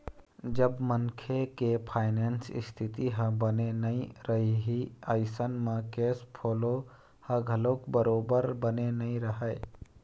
जब मनखे के फायनेंस इस्थिति ह बने नइ रइही अइसन म केस फोलो ह घलोक बरोबर बने नइ रहय